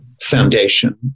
foundation